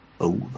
over